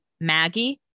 Maggie